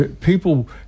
People